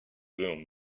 room